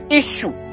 issue